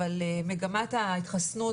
אבל מגמת ההתחסנות